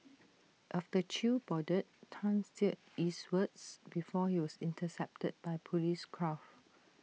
after chew boarded Tan steered eastwards before he was intercepted by Police craft